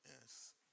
Yes